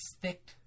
thick